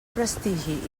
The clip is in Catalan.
prestigi